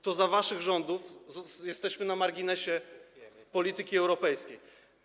To za waszych rządów jesteśmy na marginesie polityki europejskiej.